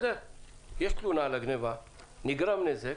יש תלונה על הגניבה, נגרם נזק.